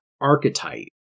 archetype